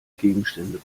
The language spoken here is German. gegenstände